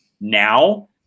now